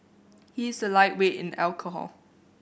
he is a lightweight in alcohol